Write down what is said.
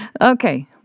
Okay